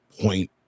point